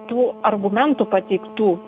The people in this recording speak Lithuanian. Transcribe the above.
tų argumentų pateiktų